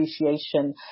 appreciation